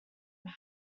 them